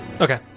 Okay